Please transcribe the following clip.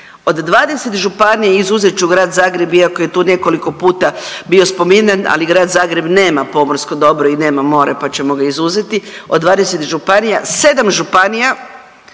Od 20 županija izuzet ću grad Zagreb iako je tu nekoliko puta bio spominjan, ali grad Zagreb nema pomorsko dobro i nema more, pa ćemo ga izuzeti. Od 20 županija 7 županija